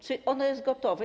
Czy ono jest gotowe?